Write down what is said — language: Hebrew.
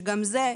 שגם זה,